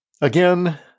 Again